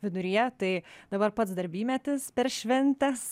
viduryje tai dabar pats darbymetis per šventes